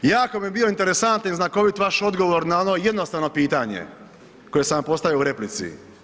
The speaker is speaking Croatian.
Jako mi je interesantan i znakovit vaš odgovor na ono jednostavno pitanje koje sam vam postavio u replici.